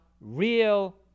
real